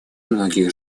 многих